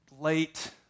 late